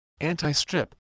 anti-strip